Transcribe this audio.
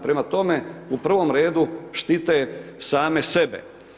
Prema tome, u prvom redu štite sami sebe.